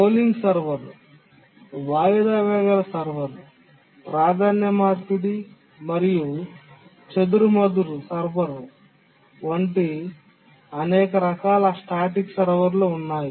polling server వాయిదా వేయగల server ప్రాధాన్య మార్పిడి మరియు చెదురుమదురు సర్వర్ వంటి అనేక రకాల స్టాటిక్ సర్వర్లు ఉన్నాయి